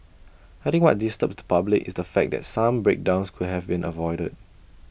I think what disturbs the public is the fact that some breakdowns could have been avoidable